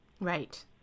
right